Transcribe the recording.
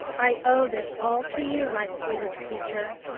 i owe this all to you, my sweetest teacher.